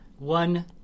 One